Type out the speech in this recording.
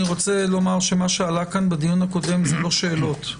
אני רוצה לומר שמה שעלה כאן בדיון הקודם זה לא שאלות,